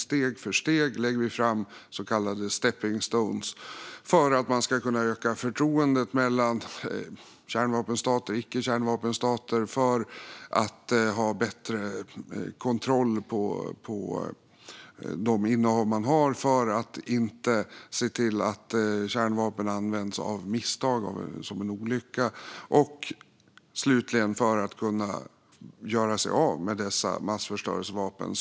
Steg för steg lägger vi fram så kallade stepping-stones för att öka förtroendet mellan kärnvapenstater och icke kärnvapenstater, för att ha bättre kontroll på de innehav man har, för att se till att kärnvapen inte används av misstag, som en olycka, och slutligen för att kunna göra sig av med dessa massförstörelsevapen.